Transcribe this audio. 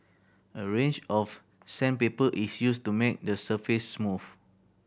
a range of sandpaper is used to make the surface smooth